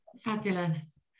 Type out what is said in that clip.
Fabulous